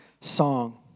song